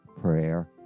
prayer